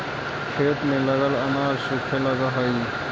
खेत में लगल अनाज सूखे लगऽ हई